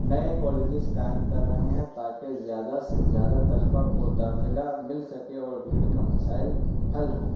نئے کالجز قائم کر رہے ہیں تاکہ زیادہ سے زیادہ طلبا کو داخلہ مل سکے اور بھیڑ کا مسائل حل ہو